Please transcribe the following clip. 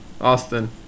Austin